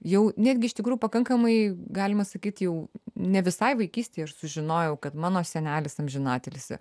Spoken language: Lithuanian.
jau netgi iš tikrų pakankamai galima sakyt jau ne visai vaikystėj aš sužinojau kad mano senelis amžinatilsį